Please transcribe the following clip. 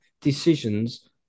decisions